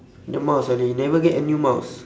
the mouse ah you never get a new mouse